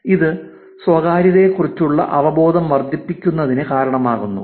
ഇത് സ്വകാര്യതയെക്കുറിച്ചുള്ള അവബോധം വർദ്ധിപ്പിക്കുന്നതിന് കാരണമാകുന്നു